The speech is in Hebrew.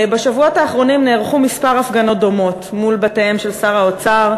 בשבועות האחרונים נערכו כמה הפגנות דומות מול בתיהם של שר האוצר,